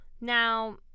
now